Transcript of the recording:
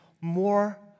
more